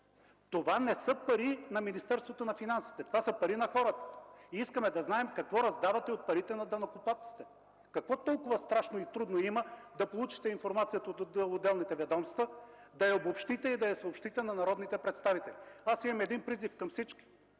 това не са пари на Министерството на финансите, това са пари на хората. Искаме да знаем какво раздавате от парите на данъкоплатците. Какво толкова трудно и страшно има да получите информация от отделните ведомства, да я обобщите и да я съобщите на народните представители? Имам призив към всички,